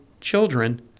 children